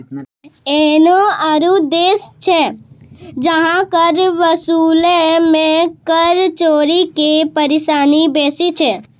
एहनो आरु देश छै जहां कर वसूलै मे कर चोरी के परेशानी बेसी छै